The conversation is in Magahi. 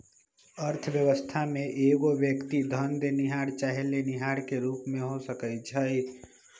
अर्थव्यवस्था में एगो व्यक्ति धन देनिहार चाहे लेनिहार के रूप में हो सकइ छइ